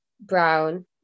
brown